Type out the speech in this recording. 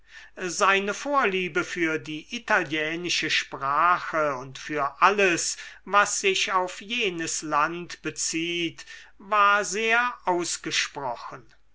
seine vorliebe für die italienische sprache und für alles was sich auf jenes land bezieht war sehr ausgesprochen